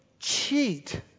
Cheat